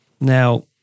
Now